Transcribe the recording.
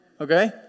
Okay